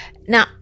Now